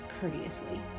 courteously